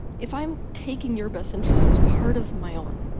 if i'm taking your best interests as part of my own,